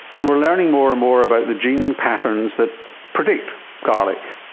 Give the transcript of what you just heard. and we are learning more and more about the gene patterns that predict garlic,